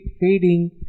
fading